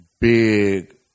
Big